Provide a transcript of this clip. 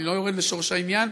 אני לא יורד לשורש העניין,